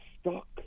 stuck